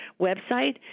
website